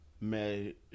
Mais